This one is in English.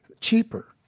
cheaper